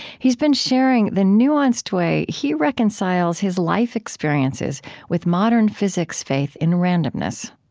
he's been sharing the nuanced way he reconciles his life experiences with modern physics faith in randomness